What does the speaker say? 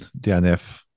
DNF